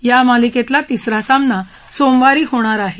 या मालिकेचा तिसरा सामना सोमवारी होणार आहे